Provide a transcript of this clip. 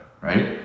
right